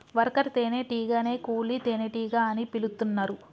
worker తేనే టీగనే కూలీ తేనెటీగ అని పిలుతున్నరు